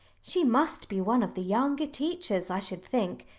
she must be one of the younger teachers, i should think.